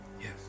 Yes